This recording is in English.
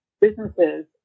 businesses